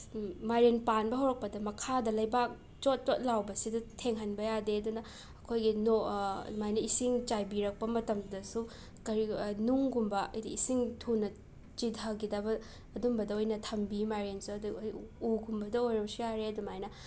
ꯃꯥꯏꯔꯦꯟ ꯄꯥꯟꯕ ꯍꯧꯔꯛꯄꯗ ꯃꯈꯥꯗ ꯂꯩꯕꯥꯛ ꯆꯣꯠ ꯆꯣꯠ ꯂꯥꯎꯕꯁꯤꯗ ꯊꯦꯡꯍꯟꯕ ꯌꯥꯗꯦ ꯑꯗꯨꯅ ꯑꯩꯈꯣꯏꯒꯤ ꯑꯗꯨꯃꯥꯏꯅ ꯏꯁꯤꯡ ꯆꯥꯏꯕꯤꯔꯛꯄ ꯃꯇꯝꯗꯁꯨ ꯀꯔꯤꯒ ꯅꯨꯡꯒꯨꯝꯕ ꯍꯥꯏꯗꯤ ꯏꯁꯤꯡ ꯊꯨꯅ ꯆꯤꯊꯈꯤꯗꯕ ꯑꯗꯨꯝꯕꯗ ꯑꯣꯏꯅ ꯊꯝꯕꯤ ꯃꯥꯏꯔꯦꯟꯁꯨ ꯎꯒꯨꯝꯕꯗ ꯑꯣꯏꯔꯕꯁꯨ ꯌꯥꯔꯦ ꯑꯗꯨꯃꯥꯏꯅ